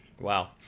wow